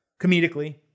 comedically